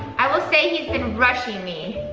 i will say he's been rushing me.